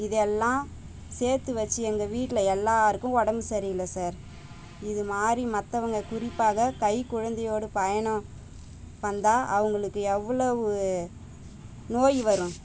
இதை எல்லாம் சேர்த்து வச்சு எங்கள் வீட்டில எல்லாருக்கும் உடம்பு சரி இல்லை சார் இது மாதிரி மற்றவங்க குறிப்பாக கை குழந்தையோடு பயணம் வந்தால் அவங்களுக்கு எவ்வளவு நோய் வரும்